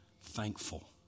thankful